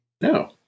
No